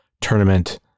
Tournament